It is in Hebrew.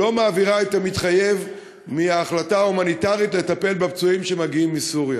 לא מעבירה את המתחייב מההחלטה ההומניטרית לטפל בפצועים שמגיעים מסוריה.